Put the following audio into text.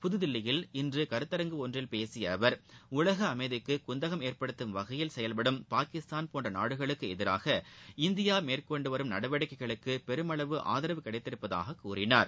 புதுதில்லியில் இன்று கருத்தரங்கு ஒன்றில் பேசிய அவர் உலக அமைதிக்கு குந்தகம் ஏற்படுத்தும் வகையில் செயல்படும் பாகிஸ்தான் போன்ற நாடுகளுக்கு எதிராக இந்திய மேற்கொண்டு வரும் நடவடிக்கைகளுக்கு பெருமளவு ஆதரவு கிடைத்திருப்பதாகக் கூறினார்